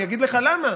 אני אגיד לך למה.